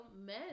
men